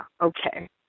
okay